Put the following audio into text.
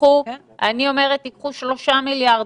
תיקחו שלושה מיליארד,